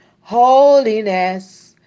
holiness